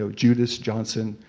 so judas johnson,